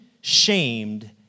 shamed